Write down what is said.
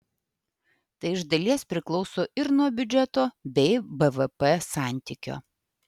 tai iš dalies priklauso ir nuo biudžeto bei bvp santykio